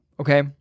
okay